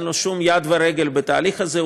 אין לו שום יד ורגל בתהליך הזה,